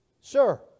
Sir